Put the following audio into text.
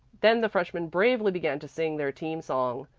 then the freshmen bravely began to sing their team song,